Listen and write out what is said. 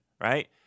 right